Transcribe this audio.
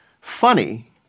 funny